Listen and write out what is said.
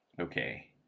Okay